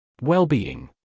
Well-being